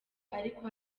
ariko